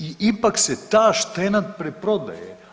I ipak se ta štenad preprodaje.